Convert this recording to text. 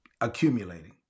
accumulating